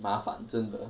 麻烦真的